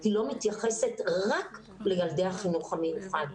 היא לא מתייחסת רק לילדי החינוך המיוחד,